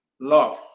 Love